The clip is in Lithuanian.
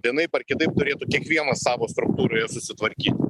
vienaip ar kitaip turėtų kiekvienas savo struktūroje susitvarkyti